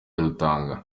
rutanga